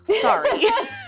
Sorry